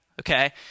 okay